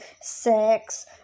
sex